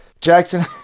Jackson